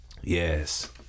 Yes